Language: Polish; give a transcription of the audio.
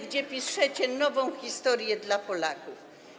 gdzie piszecie nową historię dla Polaków.